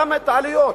גם את העלויות.